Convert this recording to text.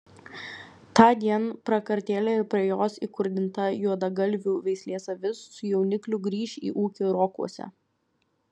tądien prakartėlė ir prie jos įkurdinta juodagalvių veislės avis su jaunikliu grįš į ūkį rokuose